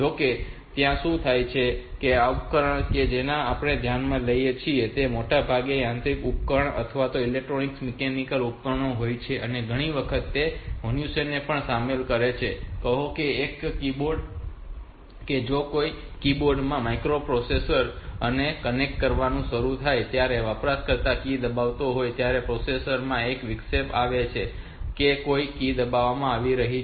જો કે ત્યાં શું થાય છે કે આ ઉપકરણો કે જેને આપણે ધ્યાનમાં લઈએ છીએ તે મોટાભાગે યાંત્રિક ઉપકરણ અથવા ઇલેક્ટ્રો મિકેનિકલ ઉપકરણો હોય છે અને ઘણી વખત તે મનુષ્યને પણ સામેલ કરે છે કહો કે ત્યાં એક કીબોર્ડ છે અને જો હું કીબોર્ડ ને માઇક્રોપ્રોસેસર સાથે કનેક્ટ કરું પછી જ્યારે વપરાશકર્તા કી દબાવતો હોય ત્યારે પ્રોસેસર માં એક વિક્ષેપ આવે કે કોઈ કી દબાવવામાં આવી છે